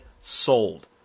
sold